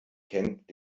kennt